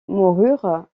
moururent